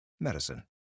Medicine